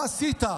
מה עשית?